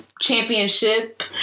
championship